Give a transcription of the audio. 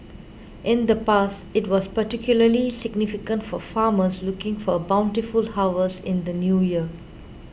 in the past it was particularly significant for farmers looking for a bountiful harvest in the New Year